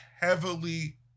heavily